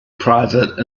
private